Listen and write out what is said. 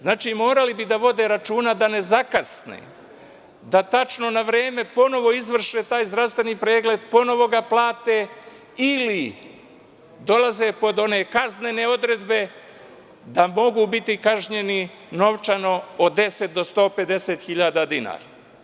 Znači, morali bi da vode računa da ne zakasne, da tačno na vreme ponovo izvrše taj zdravstveni pregled, ponovo ga plate ili dolaze pod one kaznene odredbe da mogu biti kažnjeni novčano od 10 do 150 hiljada dinara.